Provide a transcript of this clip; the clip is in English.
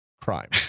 crime